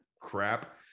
crap